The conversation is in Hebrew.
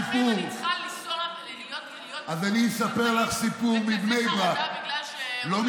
כל החיים אני צריכה לנסוע ולהיות תמיד בכזאת חרדה בגלל שלא לקחו אחריות,